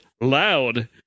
loud